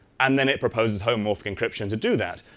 and then it proposes homomorphic encryption to do that.